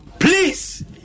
Please